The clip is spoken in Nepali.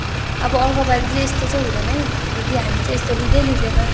अब अर्कोपालि चाहिँ यस्तो चाहिँ हुँदैन है दिदी हामी चाहिँ यस्तो लिँदै लिँदैन